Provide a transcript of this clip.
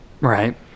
right